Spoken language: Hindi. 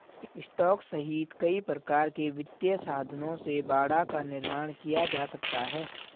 स्टॉक सहित कई प्रकार के वित्तीय साधनों से बाड़ा का निर्माण किया जा सकता है